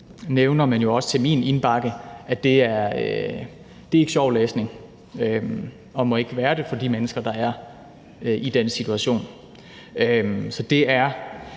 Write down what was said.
kommer jo også i min indbakke – ikke er sjov læsning. Og det må ikke være det for de mennesker, der er i den situation. Så det er